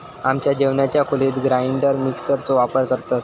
आमच्या जेवणाच्या खोलीत ग्राइंडर मिक्सर चो वापर करतत